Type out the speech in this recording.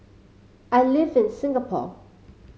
I live in Singapore